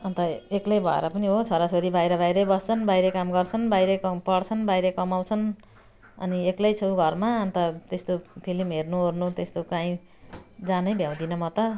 अनि त एक्लै भएर पनि हो छोराछोरी बाहिर बाहिरै बस्छन् बाहिरै काम गर्छन् बाहिरै पढ्छन् बाहिरै कमाउँछन् अनि एक्लै छु घरमा अनि त त्यस्तो फिलिम हेर्नुओर्नु त्यस्तो कहीँ जानै भ्याउँदिनँ म त